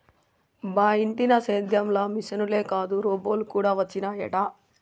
బా ఇంటినా సేద్యం ల మిశనులే కాదు రోబోలు కూడా వచ్చినయట